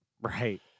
Right